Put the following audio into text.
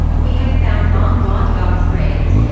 we have found long blonde box braids,